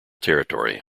territory